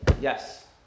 Yes